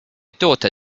daughter